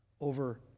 over